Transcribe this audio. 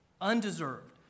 undeserved